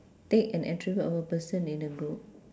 take an attribute of a person in a group